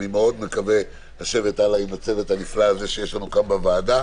אני מאוד מקווה לשבת עם הצוות הנפלא הזה שיש לנו כאן בוועדה,